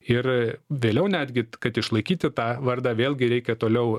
ir vėliau netgi kad išlaikyti tą vardą vėlgi reikia toliau